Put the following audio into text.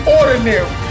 ordinary